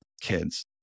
kids